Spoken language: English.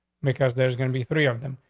because there's gonna be three of them.